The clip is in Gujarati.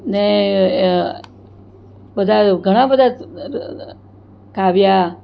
ને બધા ઘણા બધા કાવ્યા